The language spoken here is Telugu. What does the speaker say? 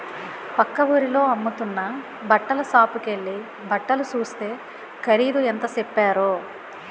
పక్క వూరిలో అమ్ముతున్న బట్టల సాపుకెల్లి బట్టలు సూస్తే ఖరీదు ఎంత సెప్పారో